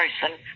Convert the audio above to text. person